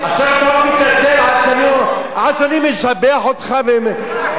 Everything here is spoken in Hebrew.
עד שאני משבח אותך ואומר דברים לזכותך?